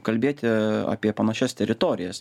kalbėti apie panašias teritorijas